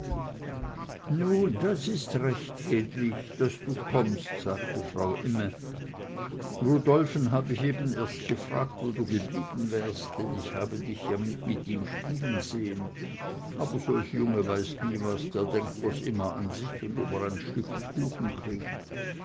nun das ist recht hedwig daß du kommst sagte frau imme rudolfen hab ich eben erst gefragt wo du geblieben wärst denn ich habe dich ja mit ihm spielen sehen aber solch junge weiß nie was der denkt bloß immer an sich und ob er sein stück kuchen kriegt